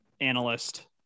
analyst